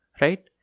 right